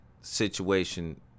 situation